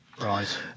Right